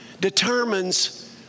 determines